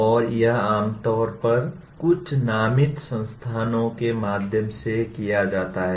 और यह आमतौर पर कुछ नामित संस्थानों के माध्यम से किया जाता है